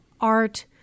art